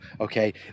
Okay